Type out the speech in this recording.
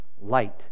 light